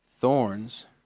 thorns